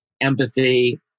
empathy